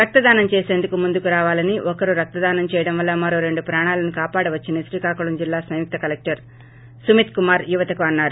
రక్తదానం చేసేందుకు ముందుకురావాలని ఒకరు రక్తదానం చేయడం వల్ల మరో రెండు ప్రాణాలను కాపాడవచ్చని శ్రీకాకుళం జిల్లా సంయుక్త కలెక్టర్ సుమిత్ కుమార్ యువతకు అన్నారు